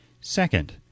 Second